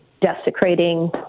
desecrating